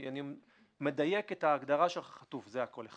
אני מדייק את ההגדרה של חטוף, זה הכול.